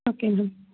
okay ma'am